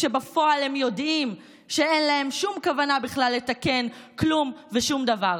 כשבפועל הם יודעים שאין להם שום כוונה בכלל לתקן כלום ושום דבר.